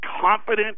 confident